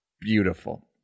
Beautiful